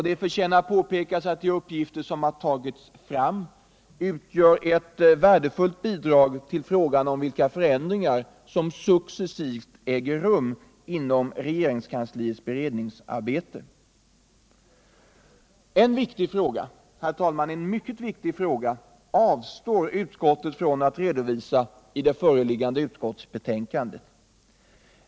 Det förtjänar påpekas att de uppgifter som på detta sätt tagits fram utgör ett värdefullt bidrag till frågan om vilka förändringar som successivt äger rum när det gäller regeringskansliets beredningsarbete. Herr talman! En mycket viktig fråga avstår utskottet från att redovisa i det föreliggande utskottsbetänkandet.